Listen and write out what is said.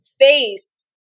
face